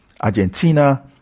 argentina